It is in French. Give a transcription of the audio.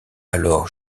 alors